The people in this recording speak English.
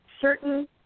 certain